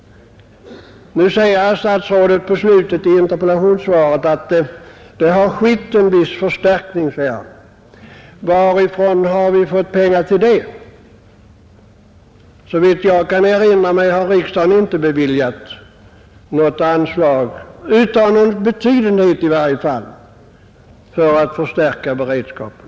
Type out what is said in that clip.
Statsrådet säger i slutet av sitt interpellationssvar att det skett en viss förstärkning. Varifrån har vi fått pengar till det? Såvitt jag kan erinra mig har riksdagen inte beviljat något anslag, i varje fall inte av någon betydenhet, för att förstärka beredskapen.